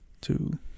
two